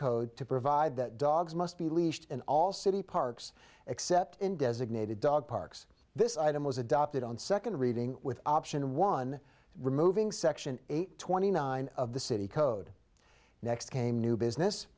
code to provide that dogs must be leashed in all city parks except in designated dog parks this item was adopted on second reading with option one removing section eight twenty nine of the city code next came new business